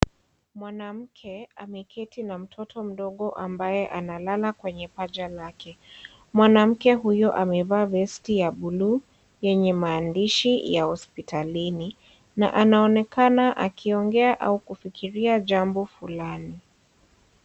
Mwanake ameketi na mtoto mdogo ambaye analala kwenye pacha lake. Mwanake huyo amevaa vesti ya bluu yenye maandishi ya hospitalini na anaonekana akiongea au kufikiria jambo fulani.